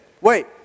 Wait